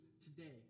today